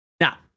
Now